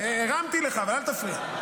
הרמתי לך, אבל אל תפריע.